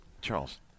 Charles